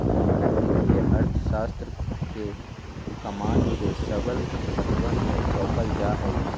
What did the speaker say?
हर वित्तीय अर्थशास्त्र के कमान के सबल हाथवन में सौंपल जा हई